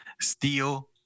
steel